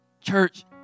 Church